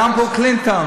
טראמפ או קלינטון?